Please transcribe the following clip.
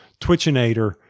Twitchinator